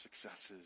successes